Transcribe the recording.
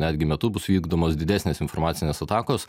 netgi metu bus vykdomos didesnės informacinės atakos